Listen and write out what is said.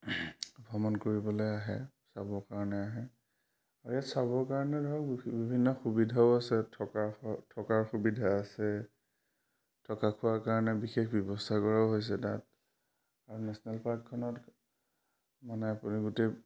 ভ্ৰমণ কৰিবলৈ আহে চাবৰ কাৰণে আহে আৰু ইয়াত চাবৰ কাৰণে ধৰক বিভিন্ন সুবিধাও আছে থকাৰ থকাৰ সুবিধা আছে থকা খোৱাৰ কাৰণে বিশেষ ব্যৱস্থা কৰাও হৈছে তাত আৰু নেশ্যনেল পাৰ্কখনত মানে আপুনি গোটেই